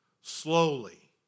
slowly